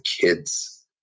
kids